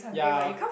ya